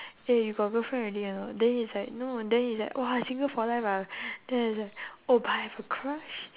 eh you got girlfriend already or not then he's like no then he's like !wah! single for life ah then he's like oh but I have a crush